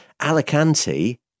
Alicante